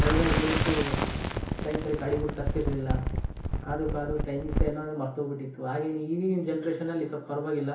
ಡ್ರೈವರ್ಗಳಂತೂ time ಸರಿ ಗಾಡಿಗಳ್ನ ತರ್ತಿರಲಿಲ್ಲ ಕಾದೂ ಕಾದೂ ಟೈಮಿಂಗ್ಸ್ ಏನೋ ಮರ್ತು ಹೋಗ್ಬಿಟಿತ್ತು ಆಗೇನು ಈಗಿನ ಜನ್ರೇಷನಲ್ಲಿ ಸ್ವಲ್ಪ ಪರವಾಗಿಲ್ಲ